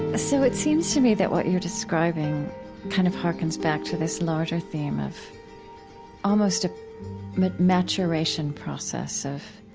ah so it seems to me that what you're describing kind of harkens back to this larger theme of almost a but maturation process of